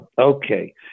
Okay